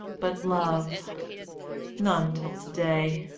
but love none till to-day.